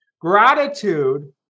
Gratitude